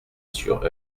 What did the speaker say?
sur